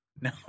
No